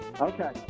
Okay